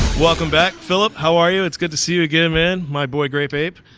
welcome back philip. how are you? it's good to see you again, man. my boy grape ape.